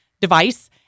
device